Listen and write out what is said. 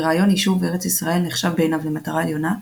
ורעיון יישוב ארץ ישראל נחשב בעיניו למטרה עליונה,